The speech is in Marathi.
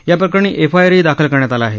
याप्रकरणी एफआयरही दाखल करण्यात आला आहे